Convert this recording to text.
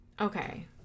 Okay